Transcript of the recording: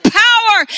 power